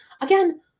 again